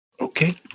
Okay